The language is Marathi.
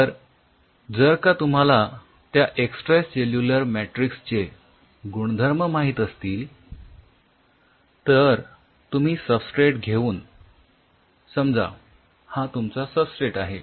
तर जर का तुम्हाला त्या एक्सट्रासेल्युलर मॅट्रिक्स चे गुणधर्म माहित असतील तर तुम्ही सबस्ट्रेट घेऊन समजा हा तुमचा सबस्ट्रेटआहे